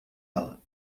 ela